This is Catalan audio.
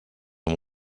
amb